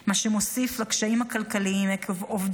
מה שמוסיף לקשיים הכלכליים עקב אובדן